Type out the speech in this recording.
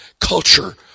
culture